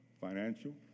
financial